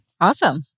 Awesome